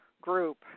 group